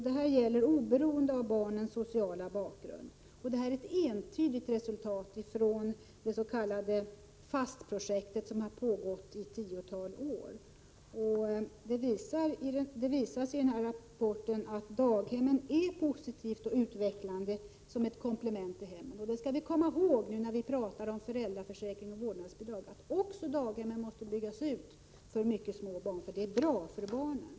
Detta gäller oberoende av barnens sociala bakgrund, och det är ett entydigt resultat från det s.k. FAST-projektet, som pågått i ett tiotal år. Dess rapport visar att daghemmen är positiva och utvecklande som ett komplement till hemmen. Nu när vi talar om föräldraförsäkring och vårdnadsbidrag, skall vi komma ihåg att daghemmen också måste byggas ut för mycket små barn — det är bra för barnen.